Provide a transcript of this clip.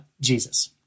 Jesus